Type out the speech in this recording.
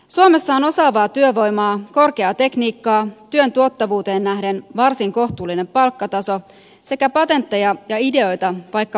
suomessa on osaavaa työvoimaa korkeaa tekniikkaa työn tuottavuuteen nähden varsin kohtuullinen palkkataso sekä patentteja ja ideoita vaikka muille jakaa